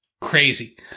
crazy